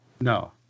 No